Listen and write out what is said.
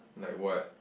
like what